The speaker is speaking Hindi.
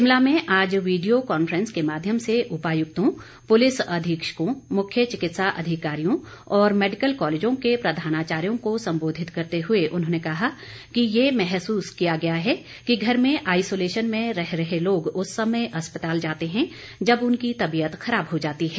शिमला में आज वीडियो कॉन्फ्रेंस के माध्यम से उपायुक्तों पुलिस अधीक्षकों मुख्य चिकित्सा अधिकारियों और मैडिकल कॉलेजों के प्रधानाचार्यों को संबोधित करते हुए उन्होंने कहा कि ये महसूस किया गया है कि घर में आइसोलेशन में रह रहे लोग उस समय अस्पताल जाते हैं जब उनकी तबीयत खराब हो जाती है